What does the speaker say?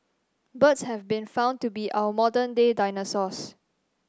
birds have been found to be our modern day dinosaurs